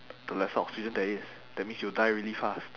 the less oxygen there is that means you'll die really fast